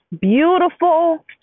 beautiful